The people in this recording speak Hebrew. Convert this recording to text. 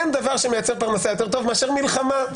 אין דרך טובה ממלחמה,